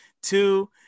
Two